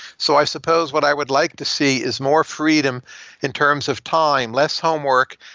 so i suppose what i would like to see is more freedom in terms of time, less homework,